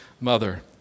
mother